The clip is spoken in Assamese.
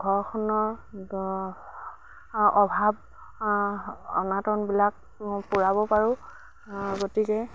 ঘৰখনৰ অভাৱ অনাটনবিলাক পূৰাব পাৰোঁ গতিকে